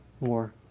more